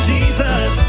Jesus